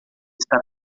está